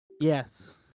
Yes